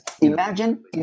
imagine